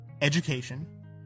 education